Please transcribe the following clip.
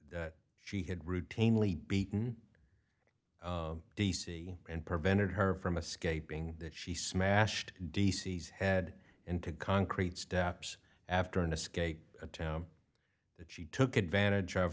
that she had routinely beaten d c and prevented her from escaping that she smashed dc's head into concrete steps after an escape attempt that she took advantage of